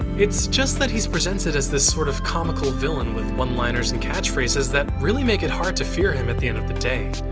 it's just that he's presented as this sort of comical villain with one-liners and catch phrases that make it hard to fear him at the end of the day.